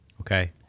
okay